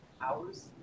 hours